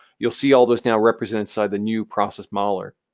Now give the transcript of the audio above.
you'll see all those now represented inside the new process modeler.